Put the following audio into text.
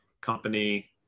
company